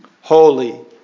holy